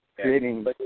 creating